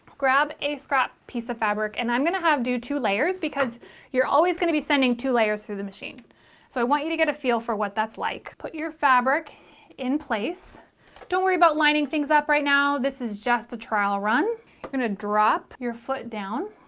grab a scrap piece of fabric and i'm gonna do two layers because you're always gonna be sending two layers through the machine so i want you to get a feel for what that's like, put your fabric in place don't worry about lining things up right now this is just a trial run. you're gonna drop your foot down